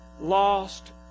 lost